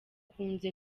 akunze